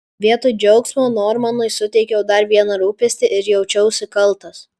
vietoj džiaugsmo normanui suteikiau dar vieną rūpestį ir jaučiausi kaltas